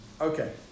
Okay